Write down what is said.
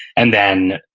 and then,